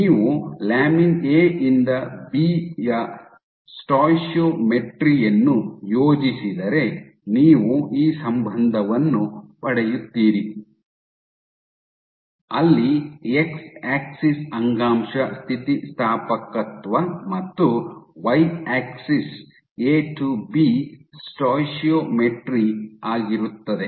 ನೀವು lamin A ಯಿಂದ B ಯ ಸ್ಟೋಯಿಷಿಯೊಮೆಟ್ರಿ ಯನ್ನು ಯೋಜಿಸಿದರೆ ನೀವು ಈ ಸಂಬಂಧವನ್ನು ಪಡೆಯುತ್ತೀರಿ ಅಲ್ಲಿ ಎಕ್ಸ್ ಆಕ್ಸಿಸ್ ಅಂಗಾಂಶ ಸ್ಥಿತಿಸ್ಥಾಪಕತ್ವ ಮತ್ತು Y axis A to B stoichiometry ಆಗಿರುತ್ತದೆ